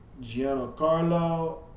Giancarlo